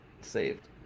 saved